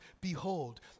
behold